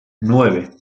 nueve